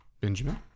Benjamin